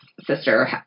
sister